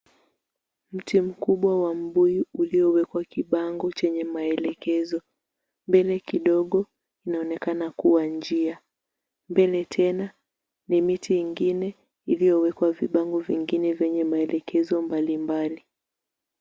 Mti mkubwa wa mbuyu uliyowekwa kibango chenye maelekezo, mbele kidogo inaonekana kuwa njia, mbele tena ni miti ingine iliyowekwa vibango vingine venye maelekezo mbalimbali.